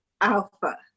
alpha